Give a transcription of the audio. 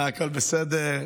הכול בסדר.